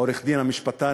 העורך-דין המשפטן,